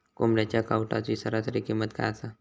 कोंबड्यांच्या कावटाची सरासरी किंमत काय असा?